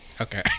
Okay